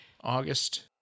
August